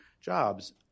jobs